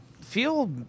feel